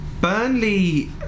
Burnley